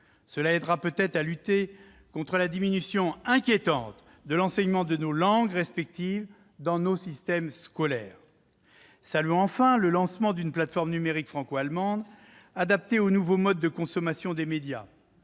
permettra peut-être de lutter contre la diminution inquiétante de l'enseignement de nos langues respectives dans nos systèmes scolaires. Saluons enfin le lancement d'une plateforme numérique franco-allemande adaptée aux nouveaux modes de consommation des médias.